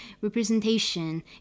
representation